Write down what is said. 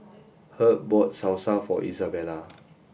Herb bought Salsa for Izabella